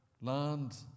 land